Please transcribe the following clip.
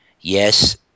yes